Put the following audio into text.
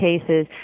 cases